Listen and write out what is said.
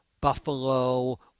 Buffalo